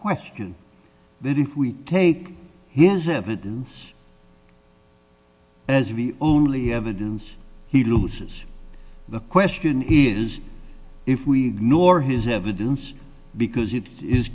question that if we take his evidence as the only evidence he loses the question is if we ignore his evidence because it is